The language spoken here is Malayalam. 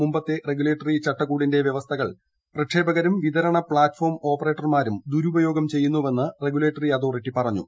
മുമ്പത്തെ റെഗുലേറ്ററി ചട്ടക്കൂടിന്റെ വൃവസ്ഥകൾ പ്രക്ഷേപകരും വിതരണ പ്താറ്റ് ഫോം ഓപ്പറേറ്റർമാരും ദുരുപയോഗം ചെയ്യുന്നുവെന്ന് റെഗുലേറ്ററി അതോറിറ്റി പറഞ്ഞു